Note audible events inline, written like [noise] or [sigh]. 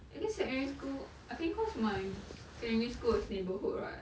at least secondary school I think cause my [noise] secondary school is neighbourhood right